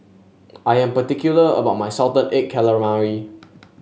I am particular about my Salted Egg Calamari